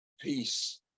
peace